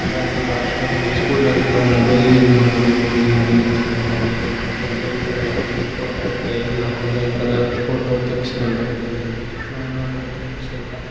ಅದಾದ್ಮೇಲೆ ಅಷ್ಟಲ್ಲೆ ಸ್ಕೂಲಲೆಲ್ಲ ಮೊಬೈಲ್ ಯೂಸ್ ಮಾಡೋದು ಅದು ಇದು ಎಲ್ಲ ಇರ್ತಾಯಿರ್ಲಿಲ್ಲ ನಮ್ಮ ಸರ್ಗಳದ್ದೆಲ್ಲ ಈಸ್ಕೊಂಡು ಫೋಟೋ ಎಲ್ಲ ಒಂದೊಂದು ಥರ ಫೋಟೋ ತೆಗ್ಸ್ಕೊಂಡು ನಾನು ನನ್ನ ಫ್ರೆಂಡ್ಸೆಲ್ಲ